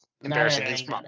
Embarrassing